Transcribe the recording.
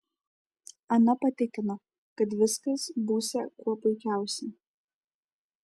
ana patikino kad viskas būsią kuo puikiausiai